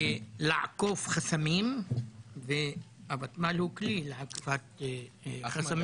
לעקוף חסמים והוותמ"ל הוא כלי לעקיפת חסמים.